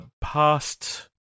past